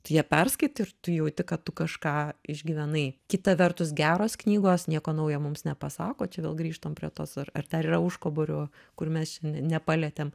tų ją perskaityti ir tu jauti kad tu kažką išgyvenai kita vertus geros knygos nieko naujo mums nepasako čia vėl grįžtam prie tos ar dar yra užkaborių kur mes šiandien nepalietėm